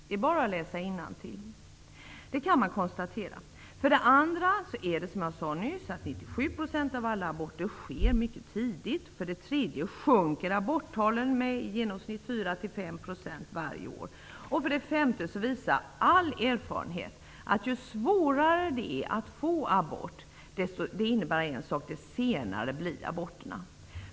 Det kan man konstatera genom att läsa innantill. För det andra sker 97 % av alla aborter mycket tidigt. För det tredje sjunker aborttalen med i genomsnitt 4--5 % varje år. För det femte visar all erfarenhet att ju svårare det är att få abort desto senare görs aborterna.